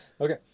Okay